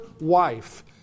wife